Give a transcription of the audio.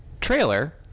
trailer